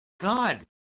god